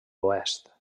oest